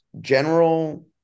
general